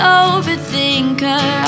overthinker